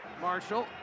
Marshall